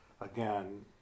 again